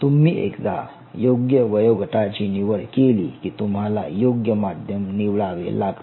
तुम्ही एकदा योग्य वयोगटाची निवड केली की तुम्हाला योग्य माध्यम निवडावे लागते